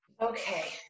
Okay